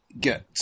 Get